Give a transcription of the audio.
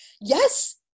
Yes